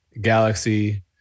Galaxy